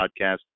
podcast